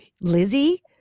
Lizzie